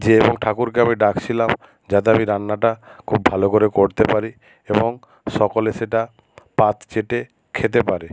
যে এবং ঠাকুরকে আমি ডাকছিলাম যাতে আমি রান্নাটা খুব ভালো করে করতে পারি এবং সকলে সেটা পাত চেটে খেতে পারে